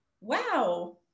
wow